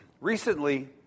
Recently